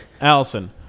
Allison